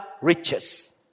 riches